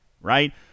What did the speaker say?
right